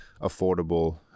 affordable